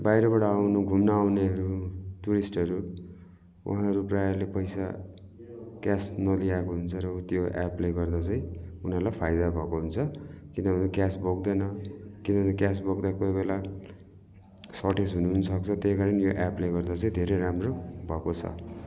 बाहिरबाट आउनु घुम्न आउँनेहरू टुरिस्टहरू उहाँहरू प्रायःले पैसा क्यास नलिइ आएको हुन्छ र त्यो एप्पले गर्दा चाहिँ उनीहरूलाई फाइदा भएको हुन्छ किनभने क्यास बोक्दैन किनभने क्यास बोक्दा कोही बेला सर्टेज हुन पनि सक्छ त्यही कारण यो एप्पले गर्दा चाहिँ धेरै राम्रो भएको छ